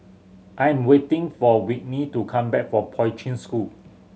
I am waiting for Whitney to come back from Poi Ching School